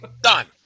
Done